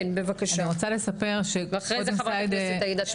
כן, בבקשה ואחרי זה חברת הכנסת עאידה.